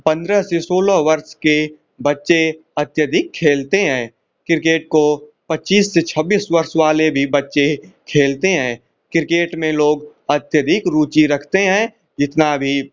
पंद्रह से सोलह वर्ष के बच्चे अत्यधिक खेलते हैं किर्केट को पच्चीस से छब्बीस वर्ष वाले भी बच्चे खेलते हैं किर्केट में लोग अत्यधिक रुचि रखते हैं जितना भी